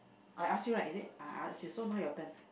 I ask you right is it ah I asked you so now your turn